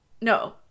No